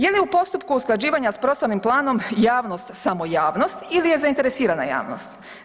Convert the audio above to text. Je li u postupku usklađivanja sa prostornim planom javnost samo javnost ili je zainteresirana javnost?